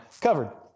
covered